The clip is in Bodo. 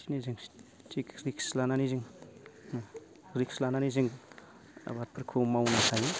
बिदिनो जों थिग रिस्क लानानै जों रिक्स लानानै जों आबादफोरखौ मावनो हायो